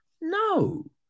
No